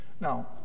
Now